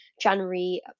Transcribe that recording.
January